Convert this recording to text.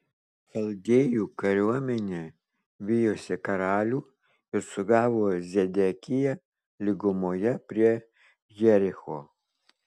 chaldėjų kariuomenė vijosi karalių ir sugavo zedekiją lygumoje prie jericho